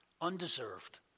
undeserved